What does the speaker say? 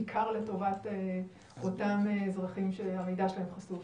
בעיקר לטובת אותם אזרחים שהמידע שלהם חשוף.